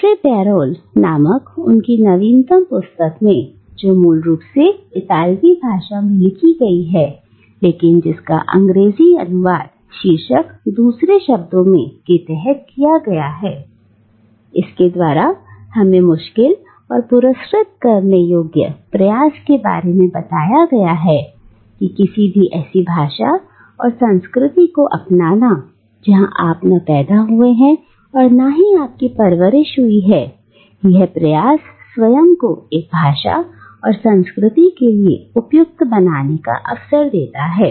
अल्ट्रे पैरोल नामक उनकी नवीनतम पुस्तक में जो मूल रूप से इतालवी भाषा में लिखी गई है लेकिन जिस का अंग्रेजी में अनुवाद शीर्षक दूसरे शब्दों में के तहत किया गया इसके द्वारा हमें मुश्किल और पुरस्कृत करने योग्य प्रयास के बारे में बताया गया कि किसी भी ऐसी भाषा और संस्कृति को अपनाना जहां आप ना पैदा हुए हो और ना ही आप की परवरिश हुई हो यह प्रयास स्वयं को एक भाषा और संस्कृति के लिए उपयुक्त बनाने का अवसर देता है